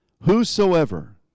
Whosoever